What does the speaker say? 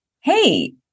Hey